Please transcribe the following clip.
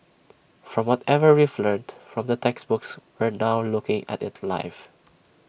from whatever we've learnt from the textbooks we're now looking at IT live